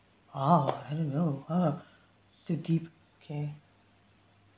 !wow! I don't know !huh! so deep okay